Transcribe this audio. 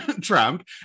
Trump